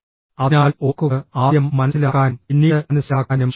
അതിനാൽ ഓർക്കുകഃ ആദ്യം മനസ്സിലാക്കാനും പിന്നീട് മനസ്സിലാക്കാനും ശ്രമിക്കുക